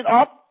up